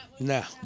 No